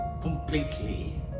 completely